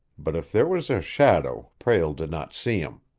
but if there was a shadow prale did not see him.